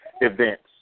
events